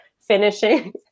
finishing